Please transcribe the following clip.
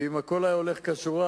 ואם הכול היה הולך כשורה